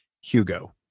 Hugo